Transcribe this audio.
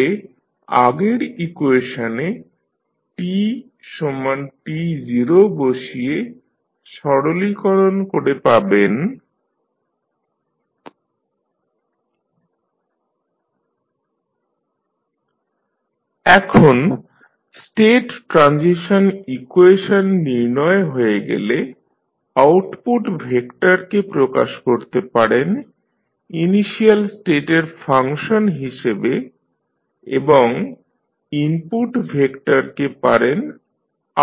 তাহলে আগের ইকুয়েশনে tt0 বসিয়ে সরলীকরণ করে পাবেন xφt t0xt00tt τBudτt≥t0 এখন স্টেট ট্রানজিশন ইকুয়েশন নির্ণয় হয়ে গেলে আউটপুট ভেক্টরকে প্রকাশ করতে পারেন ইনিশিয়াল স্টেটের ফাংশন হিসাবে এবং ইনপুট ভেক্টরকে পারেন